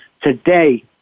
today